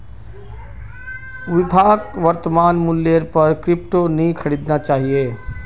विभाक वर्तमान मूल्येर पर क्रिप्टो नी खरीदना चाहिए